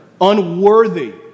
unworthy